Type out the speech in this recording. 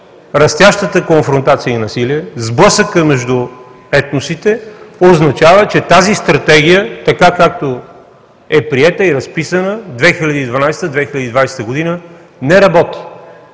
растящата конфронтация и насилие, сблъсъкът между етносите, означава, че тази Стратегия, така както е приета и разписана „2012 – 2020 г.”, не работи.